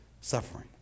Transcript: suffering